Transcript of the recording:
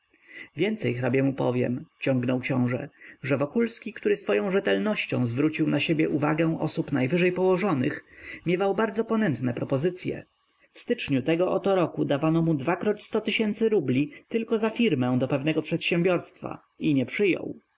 więcej hrabiemu powiem ciągnął książę że wokulski który swoją rzetelnością zwrócił na siebie uwagę osób najwyżej położonych miewał bardzo ponętne propozycye w styczniu tego oto roku dawano mu dwakroćstotysięcy rubli tylko za firmę do pewnego przedsiębierstwa i nie przyjął